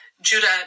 Judah